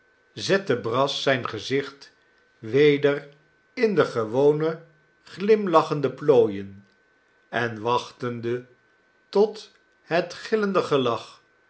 zette brass zijn gezicht weder in de gewone glimlachende plooien en wachtende tot het gillende gelach